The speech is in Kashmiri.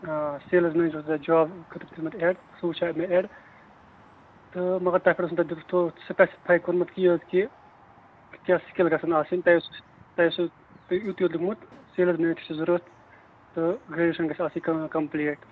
آ سیلٕز مین چھِو تۅہہِ جاب خٲطر دیُتمُت ایٚڈ سُہ وُچھاو مےٚ ایٚڈ تہٕ مَگر تَتھ پیٚٹھ اوس نہٕ سُپیسفے کوٚرمُت کیٚنٛہہ حظ کہِ کیٛاہ سِکٕل گژھن آسٕنۍ تۄہہِ اوسوٕ تُہۍ اوسوٕ یوٗتُے یوت دیُتمُت سیلٕز مین چھِ ضروٗرت تہٕ گریجویشَن گژھِ آسٕنۍ کَمپُلیٖٹ